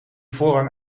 voorrang